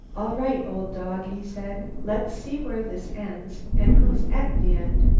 all right, old dog, he said, let's see where this ends, and who's at the end.